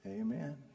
Amen